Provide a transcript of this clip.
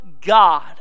God